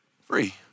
free